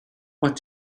what